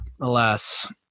Alas